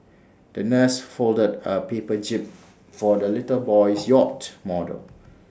the nurse folded A paper jib for the little boy's yacht model